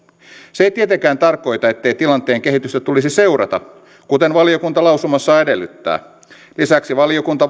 se ei tietenkään tarkoita ettei tilanteen kehitystä tulisi seurata kuten valiokunta lausumassaan edellyttää lisäksi valiokunta